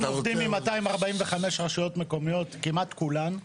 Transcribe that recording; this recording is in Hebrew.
אנחנו עובדים עם 250 רשויות מקומיות כמעט כולן,